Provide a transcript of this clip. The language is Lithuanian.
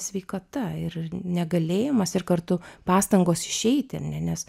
sveikata ir negalėjimas ir kartu pastangos išeiti ar ne nes